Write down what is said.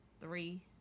Three